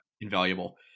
invaluable